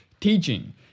teaching